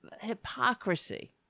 hypocrisy